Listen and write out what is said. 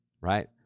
right